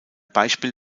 beispiel